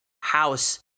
house